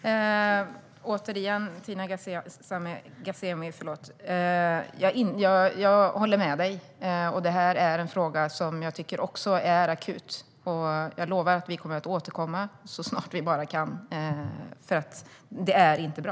Herr talman! Återigen, Tina Ghasemi, jag håller med dig. Detta är en fråga som även jag tycker är akut, och jag lovar att vi kommer att återkomma så snart vi bara kan. Det är inte bra!